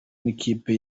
n’ikipe